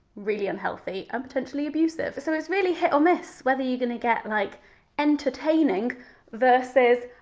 really unhealthy and potentially abusive. so it's really hit or miss whether you're gonna get like entertaining versus,